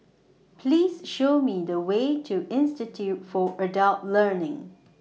Please Show Me The Way to Institute For Adult Learning